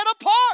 apart